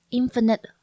infinite